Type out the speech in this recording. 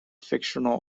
fictional